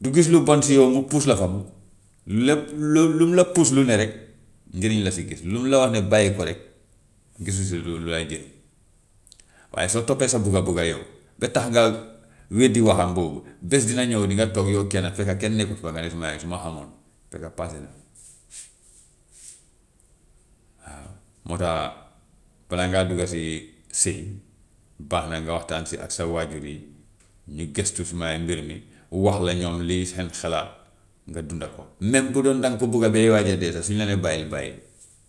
Du gis lu bon si yow mu puus la foofu, lépp lu lu mu la puus lu ne rek njêriñ la si gis, lu mu la wax ne bàyyi ko rek gisu si lu lu lay jëriñ. Waaye soo toppee sa bugga-bugga yow ba tax nga weddi waxam boobu, bés dina ñëw nga dinga toog yow kenn kese kenn nekkut fa nga ne su ma su ma xamoon, fekk paase na. Waaw, moo tax balaa ngaa dugg si sëy, baax na nga waxtaan si ak sa waajur yi, ñu gëstu sumay mbir mi, wax la ñoom li ñu si seen xalaat, nga dunda ko, même bu doon danga ko bugga bay waaj a dee sax su ñu la nee bàyyil bàyyil,